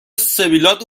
سبیلات